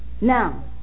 now